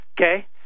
Okay